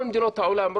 כל מדינות העולם,